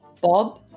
Bob